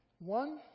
One